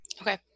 okay